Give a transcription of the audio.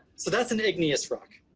so that's an igneous rock.